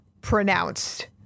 pronounced